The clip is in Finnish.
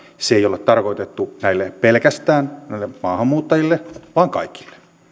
se ei ole tarkoitettu pelkästään näille maahanmuuttajille vaan kaikille